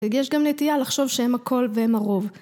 יש גם נטיה לחשוב שהם הכל והם הרוב